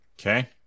Okay